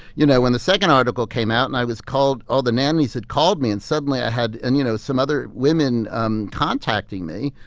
you know, when the second article came out and i was called all the nannies had called me and, suddenly, i had and, you know, some other women um contacting me,